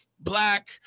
Black